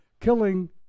killing